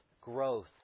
growth